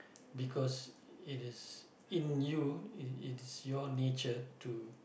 because it is in you it is your nature to